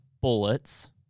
bullets